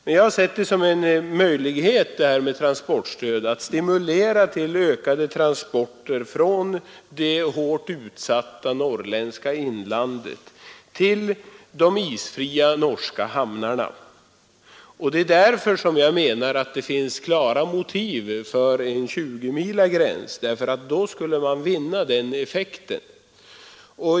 Men jag har sett transportstödet som en möjlighet att stimulera till ökade transporter från det hårt utsatta norrländska inlandet till de isfria norska hamnarna, och det är därför som jag menar att det finns klara motiv för en 20-milsgräns. Då skulle man vinna den önskade effekten.